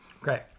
Great